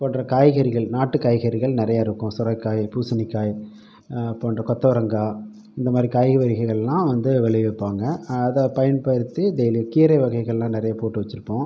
போன்ற காய்கறிகள் நாட்டு காய்கறிகள் நிறையா இருக்கும் சுரைக்காய் பூசணிக்காய் போன்ற கொத்தவரங்காய் இந்தமாதிரி காய் வகைகள் எல்லாம் வந்து விளைவிப்பாங்க அதை பயன்படுத்தி டெய்லியும் கீரை வகைகளெலாம் நிறைய போட்டு வச்சுருப்போம்